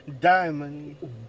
Diamond